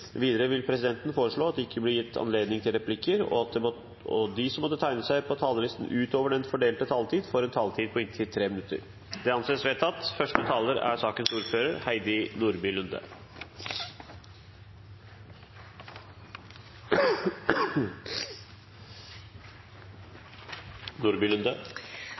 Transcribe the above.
Videre vil presidenten foreslå at det – innenfor den fordelte taletid – blir gitt anledning til replikkordskifte med inntil tre replikker med svar etter innlegg fra medlemmer av regjeringen, og at de som måtte tegne seg på talerlisten utover den fordelte taletid, får en taletid på inntil 3 minutter. – Det anses vedtatt.